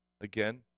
again